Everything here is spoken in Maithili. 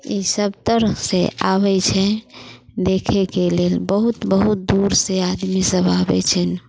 ई सब परसँ आबै छै देखैके लेल बहुत बहुत दूरसँ आदमी सब आबै छनि